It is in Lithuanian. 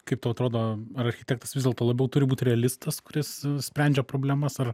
kaip tau atrodo ar architektas vis dėlto labiau turi būt realistas kuris sprendžia problemas ar